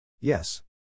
Yes